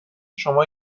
شما